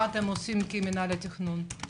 מה אתם עושים כמנהל התכנון?